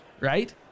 right